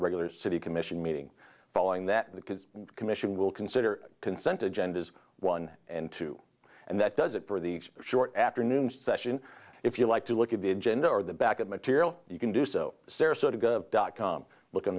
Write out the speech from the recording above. regular city commission meeting following that the kids commission will consider consent agendas one and two and that does it for the short afternoon session if you like to look at the engine or the back of material you can do so sarasota dot com look on